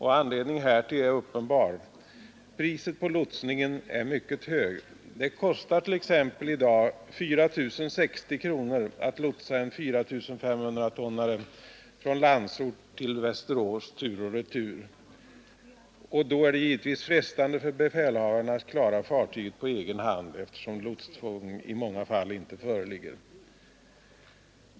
Anledningen härtill är uppenbar: Priset på lotsning är mycket högt — det kostar t.ex. i dag 4 060 kronor att lotsa en 4 500-tonnare från Landsort till Västerås tur och retur — och då är det givetvis frestande för befälhavarna att klara fartygen på egen hand, eftersom lotstvång i många fall inte föreligger.